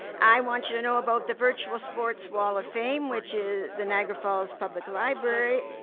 i want you to know about the virtual sports wall of fame which is the niagara falls public library,